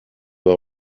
bas